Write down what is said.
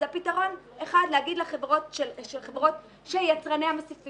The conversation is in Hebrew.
אז פתרון אחד הוא לומר לחברות יצרני המסופים